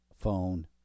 phone